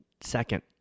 second